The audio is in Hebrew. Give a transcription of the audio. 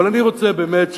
אבל אני רוצה באמת,